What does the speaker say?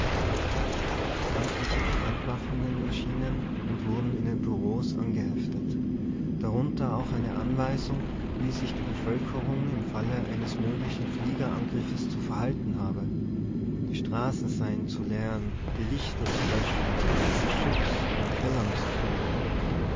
amtliche bekanntmachungen erschienen und wurden in den bureaus angeheftet darunter auch eine anweisung wie sich die bevölkerung im falle eines möglichen fliegerangriffes zu verhalten habe die straßen seien zu leeren die lichter zu löschen und schutz in den kellern zu suchen